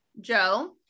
Joe